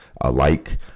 alike